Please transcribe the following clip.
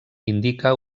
indica